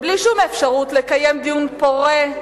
ובלי שום אפשרות לקיים דיון פורה,